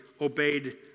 obeyed